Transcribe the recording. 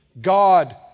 God